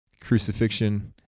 crucifixion